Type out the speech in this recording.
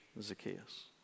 Zacchaeus